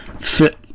fit